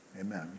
Amen